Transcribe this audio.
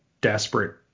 desperate